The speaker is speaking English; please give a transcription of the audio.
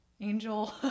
angel